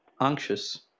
Anxious